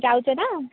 ଯାଉଛେ ନା